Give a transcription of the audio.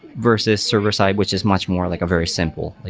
versus server side, which is much more like a very simple, like